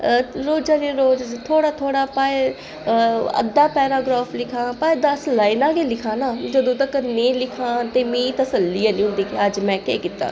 रोजै दा रोज थोह्ड़ा थोह्ड़ा भाएं अद्धा पैराग्रॉफ लिखां भामें दस्स लाईनां गै लिखां ना जदूं तक्कर नेईं लिखां ते मिगी तसल्ली है निं होंदी कि अज्ज में केह् कीता